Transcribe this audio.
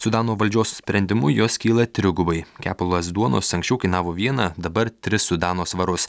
sudano valdžios sprendimu jos kyla trigubai kepalas duonos anksčiau kainavo vieną dabar tris sudano svarus